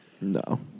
No